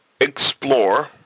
explore